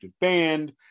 band